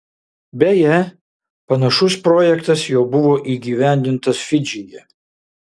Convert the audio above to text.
beje panašus projektas jau buvo įgyvendintas fidžyje